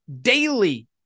daily